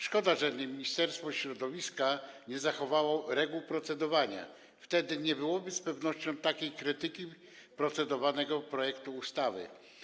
Szkoda, że Ministerstwo Środowiska nie zachowało reguł procedowania, wtedy nie byłoby z pewnością takiej krytyki procedowanego projektu ustawy.